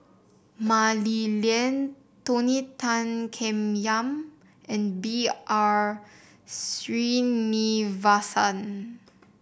Mah Li Lian Tony Tan Keng Yam and B R Sreenivasan